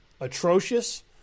atrocious